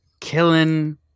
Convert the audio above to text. Killing